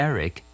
Eric